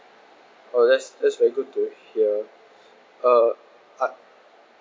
oh that's that's very good to hear uh art